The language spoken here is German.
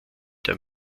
der